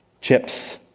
chips